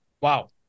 Wow